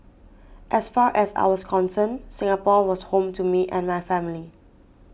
as far as I was concerned Singapore was home to me and my family